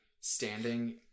standing